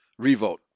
revote